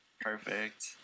Perfect